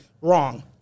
wrong